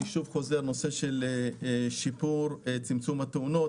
צמצום התאונות,